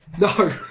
No